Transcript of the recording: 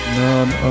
none